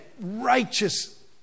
righteous